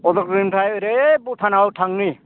उदालगुरिनिफ्राय ओरै भुटानाव थांनि